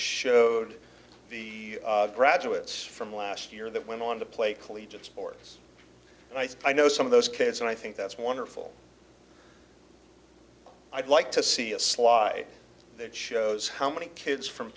showed the graduates from last year that went on to play collegiate sports and i said i know some of those kids and i think that's wonderful i'd like to see a sly that shows how many kids from